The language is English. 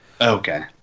Okay